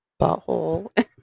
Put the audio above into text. butthole